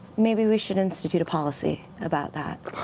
maybe we should institute a policy about that.